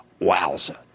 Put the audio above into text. Wowza